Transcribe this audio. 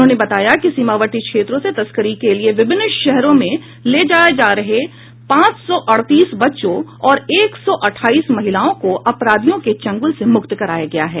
उन्होंने बताया कि सीमावर्ती क्षेत्रों से तस्करी के लिए विभिन्न शहरों में ले जाये जा रहे पांच सौ अड़तीस बच्चों और एक सौ अठाईस महिलाओं को अपराधियों के चंगुल से मुक्त कराया गया है